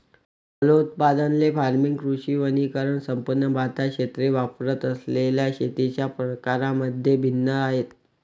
फलोत्पादन, ley farming, कृषी वनीकरण संपूर्ण भारतात क्षेत्रे वापरत असलेल्या शेतीच्या प्रकारांमध्ये भिन्न आहेत